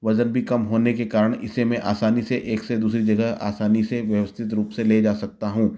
वज़न भी कम होने के कारण इसे मैं आसानी से एक से दूसरी जगह आसानी से व्यवस्थित रूप से लेजा सकता हूँ